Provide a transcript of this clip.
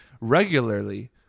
regularly